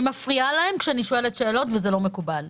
אני מפריעה להם כשאני שואלת שאלות, וזה לא מקובל.